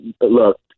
Look